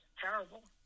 terrible